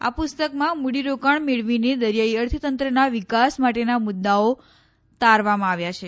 આ પુસ્તકમાં મૂડીરોકાણ મેળવીને દરિયાઇ અર્થતંત્રના વિકાસ માટેના મુદ્દાઓ તારવામાં આવ્યા છે